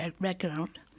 background